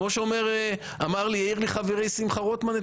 כמו שהעיר לי אתמול חברי שמחה רוטמן,